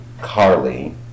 carly